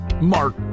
mark